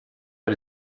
and